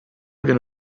viene